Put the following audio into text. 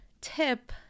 tip